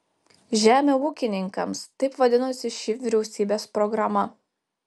žemę ūkininkams taip vadinosi ši vyriausybės programa